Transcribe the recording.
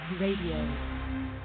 Radio